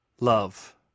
Love